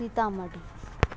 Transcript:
Sita midi